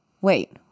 wait